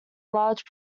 large